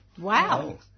Wow